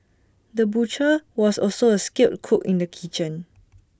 the butcher was also A skilled cook in the kitchen